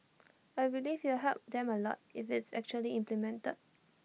I believe it'll help them A lot if it's actually implemented